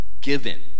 Given